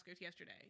yesterday